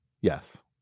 Yes